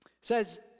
Says